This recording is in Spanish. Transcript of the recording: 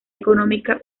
económica